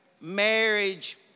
Marriage